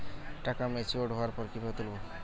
টাকা ম্যাচিওর্ড হওয়ার পর কিভাবে তুলব?